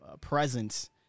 presence